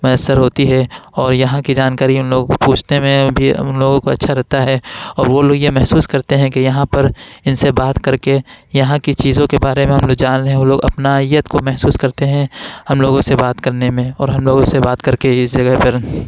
میسر ہوتی ہے اور یہاں کی جانکاری ان لوگوں کو پوچھتے میں بھی ان لوگوں کو اچھا لگتا ہے اور وہ لوگ یہ محسوس کرتے ہیں کہ یہاں پر ان سے بات کر کے یہاں کی چیزوں کے بارے میں ہم لوگ جان لیں اور وہ اپنائیت کو محسوس کرتے ہیں ہم لوگوں سے بات کرنے میں اور ہم لوگوں سے بات کر کے اس جگہ پر